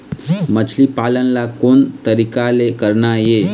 मछली पालन ला कोन तरीका ले करना ये?